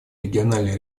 региональный